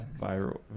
Viral